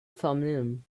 thummim